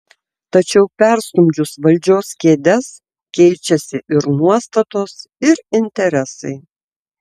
tačiau perstumdžius valdžios kėdes keičiasi ir nuostatos ir interesai